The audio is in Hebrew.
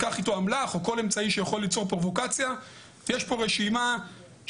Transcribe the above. קל וחומר כאשר את רוב רובם הכמעט מוחלט